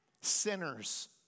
sinners